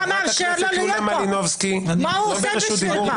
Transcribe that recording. חברת הכנסת יוליה מלינובסקי, את לא ברשות דיבור.